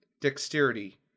dexterity